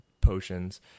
potions